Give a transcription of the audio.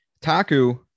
Taku